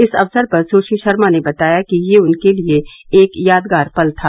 इस अवसर पर सुश्री शर्मा ने बताया कि यह उनके लिए एक यादगार पल था